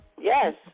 yes